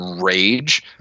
rage